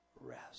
rest